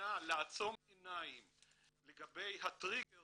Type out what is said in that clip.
מוכנה לעצום עיניים לגבי הטריגר